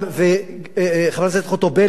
וחברת הכנסת חוטובלי,